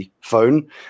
phone